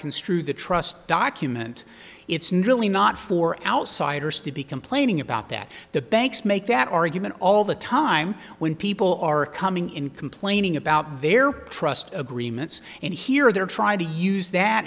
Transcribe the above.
construe the trust document it's not really not for outsiders to be complaining about that the banks make that argument all the time when people are coming in complaining about their process agreements and here they're trying to use that